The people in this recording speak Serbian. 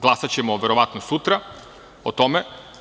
Glasaćemo verovatno sutra o tome.